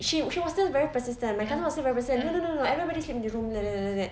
she she was still very persistent my cousin was still very persistent no no no no everybody sleep in the room